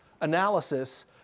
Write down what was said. analysis